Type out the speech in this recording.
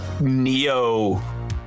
Neo